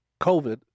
COVID